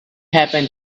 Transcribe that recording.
happen